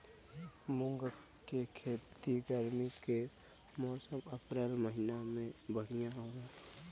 मुंग के खेती गर्मी के मौसम अप्रैल महीना में बढ़ियां होला?